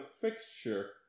fixture